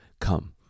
come